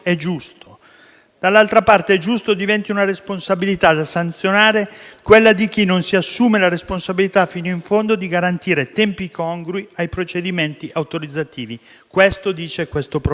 Dall'altra parte, è giusto che diventi una responsabilità da sanzionare quella di chi non si assume la responsabilità fino in fondo di garantire tempi congrui ai procedimenti autorizzativi. Questo dice il provvedimento.